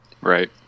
right